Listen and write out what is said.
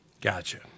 Gotcha